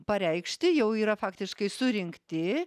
pareikšti jau yra faktiškai surinkti